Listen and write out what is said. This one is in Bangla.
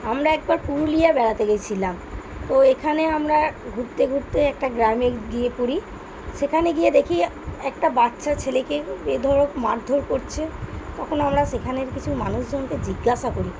আমরা একবার পুরুলিয়া বেড়াতে গেছিলাম তো এখানে আমরা ঘুরতে ঘুরতে একটা গ্রামে গিয়ে পড়ি সেখানে গিয়ে দেখি একটা বাচ্চা ছেলেকে বেধড়ক মারধর করছে তখন আমরা সেখানের কিছু মানুষজনকে জিজ্ঞাসা করি